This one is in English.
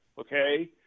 okay